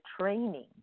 training